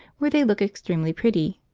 where they look extremely pretty,